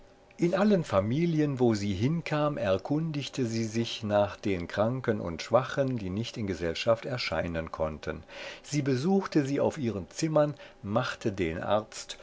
in allen familien wo sie hinkam erkundigte sie sich nach den kranken und schwachen die nicht in gesellschaft erscheinen konnten sie besuchte sie auf ihren zimmern machte den arzt